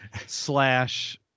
slash